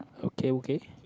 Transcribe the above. okay okay